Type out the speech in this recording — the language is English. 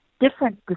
different